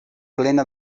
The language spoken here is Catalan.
plena